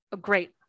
great